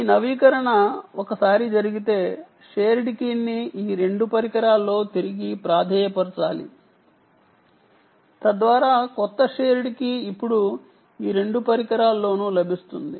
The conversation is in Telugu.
ఈ నవీకరణ ఒకసారి జరిగితే షేర్డ్ కీని ఈ రెండు పరికరాల్లో తిరిగి ప్రాధేయపరచాలి తద్వారా కొత్త షేర్డ్ కీ ఇప్పుడు ఈ రెండు పరికరాల్లోనూ లభిస్తుంది